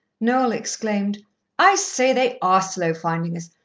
noel exclaimed i say, they are slow finding us.